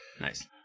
Nice